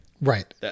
Right